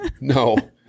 no